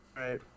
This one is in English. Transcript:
Right